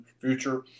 future